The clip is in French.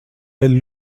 elle